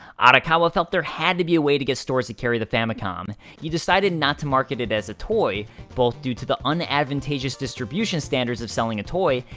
arakawa felt there had to be a way to get stores to carry the famicom. he decided not to market it as a toy both due to the un-advantageous distribution standards of selling a toy,